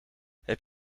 heb